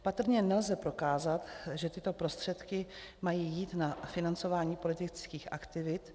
Patrně nelze prokázat, že tyto prostředky mají jít na financování politických aktivit.